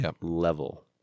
level